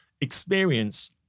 experience